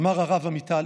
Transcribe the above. אמר הרב עמיטל,